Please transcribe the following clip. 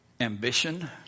Ambition